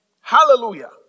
Hallelujah